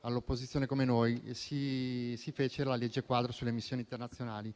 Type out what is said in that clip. all'opposizione, si approvò la legge quadro sulle missioni internazionali.